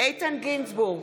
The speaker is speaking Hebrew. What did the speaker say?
איתן גינזבורג,